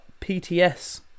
PTS